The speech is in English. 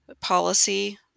policy